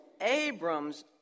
Abram's